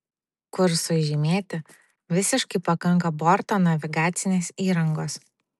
kursui žymėti visiškai pakanka borto navigacinės įrangos